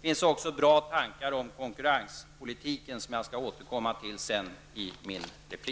Det finns också bra tankar om konkurrenspolitiken som jag skall återkomma till i min replik.